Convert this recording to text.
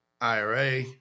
IRA